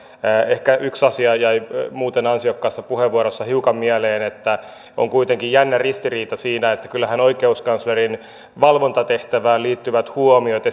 ehkä yksi asia jäi muuten ansiokkaassa puheenvuorossa hiukan mieleen on kuitenkin jännä ristiriita siinä kun kyllähän oikeuskanslerin valvontatehtävään liittyvät huomiot